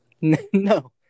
No